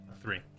Three